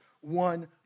one